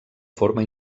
forma